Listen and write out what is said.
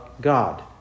God